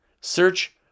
search